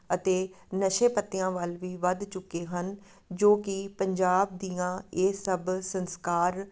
ਅਤੇ ਨਸ਼ੇ ਪੱਤਿਆਂ ਵੱਲ ਵੀ ਵੱਧ ਚੁੱਕੇ ਹਨ ਜੋ ਕਿ ਪੰਜਾਬ ਦੀਆਂ ਇਹ ਸਭ ਸੰਸਕਾਰ